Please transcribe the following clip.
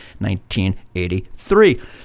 1983